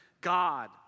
God